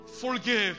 forgive